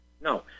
No